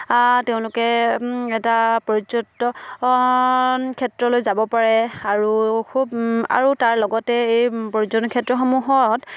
তেওঁলোকে এটা পৰ্যটন ক্ষেত্ৰলৈ যাব পাৰে আৰু খুব আৰু তাৰ লগতে এই পৰ্যটন ক্ষেত্ৰসমূহত